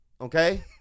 Okay